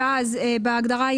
יש לי הצעה.